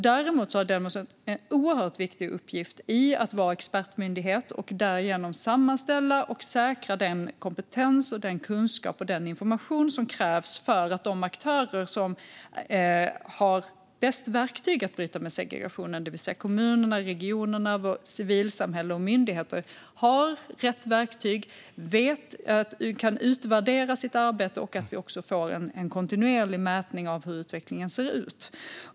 Däremot har Delmos en oerhört viktig uppgift i att vara expertmyndighet och därigenom sammanställa och säkra den kompetens, kunskap och information som krävs för att de aktörer som har bäst verktyg att bryta segregationen, det vill säga kommunerna, regionerna, vårt civilsamhälle och våra myndigheter, kan utvärdera sitt arbete så att vi också får en kontinuerlig mätning av hur utvecklingen ser ut.